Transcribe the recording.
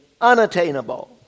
unattainable